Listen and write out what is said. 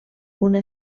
una